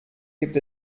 gibt